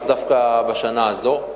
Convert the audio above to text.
ולאו דווקא בשנה הזאת,